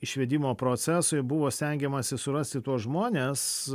išvedimo procesui buvo stengiamasi surasti tuos žmones